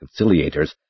conciliators